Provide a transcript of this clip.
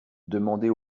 demandez